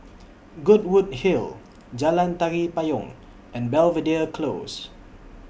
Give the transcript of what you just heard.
Goodwood Hill Jalan Tari Payong and Belvedere Close